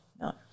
no